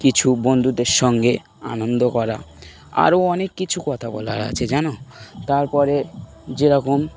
কিছু বন্ধুদের সঙ্গে আনন্দ করা আরও অনেক কিছু কথা বলার আছে যেনো তারপরে যেরকম